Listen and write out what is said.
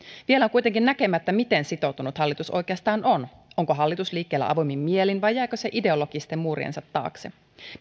vielä on kuitenkin näkemättä miten sitoutunut hallitus oikeastaan on onko hallitus liikkeellä avoimin mielin vai jääkö se ideologisten muuriensa taakse